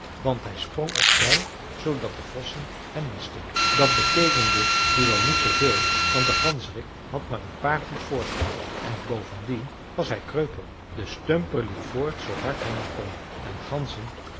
want hij sprong op zij zoodat de vossen hem misten dat beteekende nu wel niet zoo veel want de ganzerik had maar een paar voet voorsprong en bovendien was hij kreupel de stumper liep voort zoo hard hij maar kon en ganzen